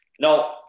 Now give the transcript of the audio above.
No